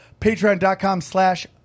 patreon.com/slash